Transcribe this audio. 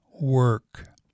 work